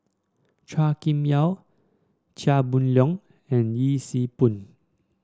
Chua Kim Yeow Chia Boon Leong and Yee Siew Pun